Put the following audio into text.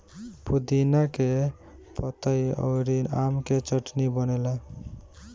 पुदीना के पतइ अउरी आम के चटनी बनेला